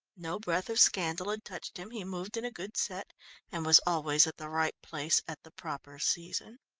no breath of scandal had touched him, he moved in a good set and was always at the right place at the proper season.